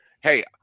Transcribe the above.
hey